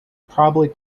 probably